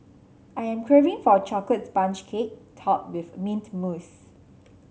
I am craving for a chocolate sponge cake topped with mint mousse